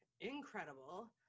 incredible